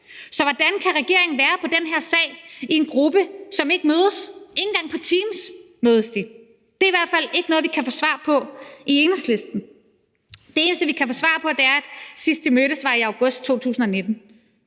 Så hvordan kan regeringen være på den her sag i en gruppe, som ikke mødes? Ikke engang på Teams mødes de. Det er i hvert fald ikke noget, vi kan få svar på i Enhedslisten. Det eneste, vi kan få svar på, er, at sidst, de mødtes, var i august 2019.